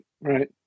right